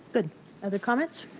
but other comments?